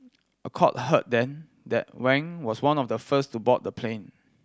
a court heard then that Wang was one of the first to board the plane